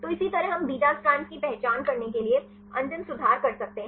तो इसी तरह हम बीटा स्ट्रैंड्स की पहचान करने के लिए अंतिम सुधार कर सकते हैं